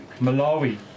Malawi